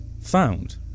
found